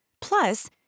Plus